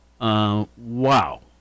Wow